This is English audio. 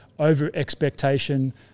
over-expectation